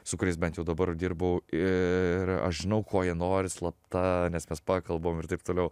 su kuriais bent jau dabar dirbu ir aš žinau ko jie nori slapta nes mes pakalbam ir taip toliau